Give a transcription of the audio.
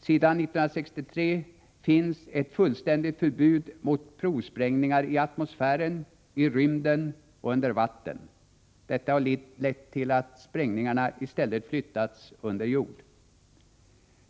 Sedan 1963 finns ett fullständigt förbud mot provsprängningar i atmosfären, i rymden och under vatten. Detta har lett till att sprängningarna i stället flyttats under jord.